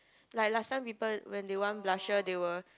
like last time people when they want blusher they will